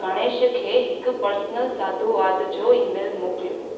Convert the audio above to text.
गणेश खे हिकु पर्सनल साधुवाद जो ईमेल मोकिलियो